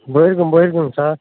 போயிருக்கேன் போயிருக்கேங்க சார்